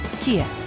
Kia